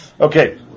Okay